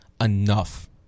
enough